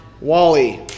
Wally